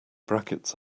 brackets